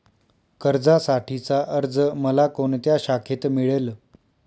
कर्जासाठीचा अर्ज मला कोणत्या शाखेत मिळेल?